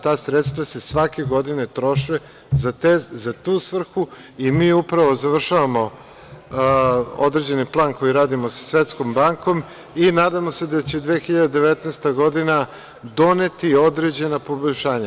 Ta sredstva se svake godine troše za tu svrhu i mi upravo završavamo određeni plan koji radimo sa Svetskom bankom i nadamo se da će 2019. godina doneti određena poboljšanja.